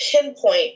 pinpoint